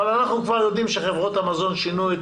אבל אנחנו כבר יודעים שחברות המזון שינו את